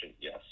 yes